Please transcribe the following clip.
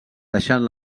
deixant